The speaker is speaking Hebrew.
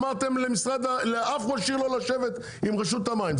אמרתם לאף ראש עיר לא לשבת עם רשות המים.